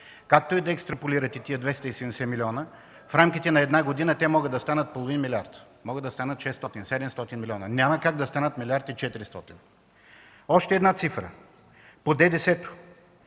Както и да екстраполирате тези 270 млн. лв., в рамките на една година те могат да станат половин милиард, могат да станат 600 700 милиона, но няма как да станат 1 млрд. 400 млн. лв. Още една цифра по ДДС: